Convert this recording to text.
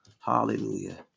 hallelujah